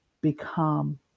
become